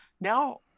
now